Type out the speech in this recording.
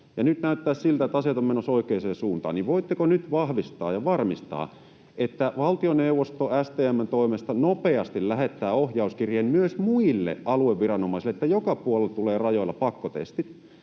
ja nyt näyttäisi siltä, että asiat ovat menossa oikeaan suuntaan. Voitteko nyt vahvistaa ja varmistaa, että valtioneuvosto STM:n toimesta nopeasti lähettää ohjauskirjeen myös muille alueviranomaisille, että joka puolella tulee rajoille pakkotestit,